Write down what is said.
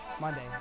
Monday